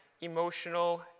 emotional